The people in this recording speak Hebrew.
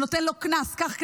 ונותן לו קנס: קח קנס,